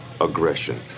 aggression